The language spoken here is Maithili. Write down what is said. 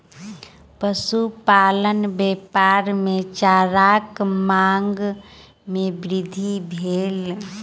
पशुपालन व्यापार मे चाराक मांग मे वृद्धि भेल